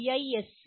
iisctagmail